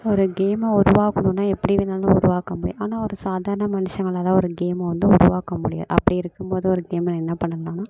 ஒரு கேமை உருவாக்கணும்னா எப்படி வேணுணாலும் உருவாக்க முடியும் ஆனால் ஒரு சாதாரண மனுஷங்களால் ஒரு கேமை வந்து உருவாக்க முடியாது அப்படி இருக்கும் போது ஒரு கேமை என்ன பண்ணணும்னா